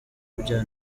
bya